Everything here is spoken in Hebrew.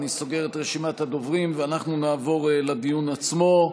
אני סוגר את רשימת הדוברים ואנחנו נעבור לדיון עצמו.